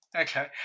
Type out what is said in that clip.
Okay